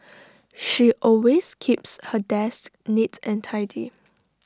she always keeps her desk neat and tidy